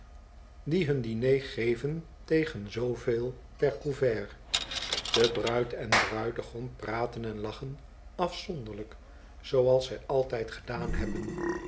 die hun diner geven tegen zooveel per couvert de bruid en bruidegom praten en lachen afzonderlijk zooals zij altijd gedaan hebben